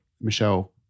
Michelle